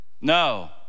No